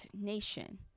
Nation